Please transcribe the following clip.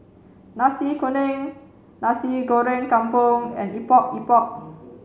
Nasi Kuning Nasi Goreng Kampung and Epok Epok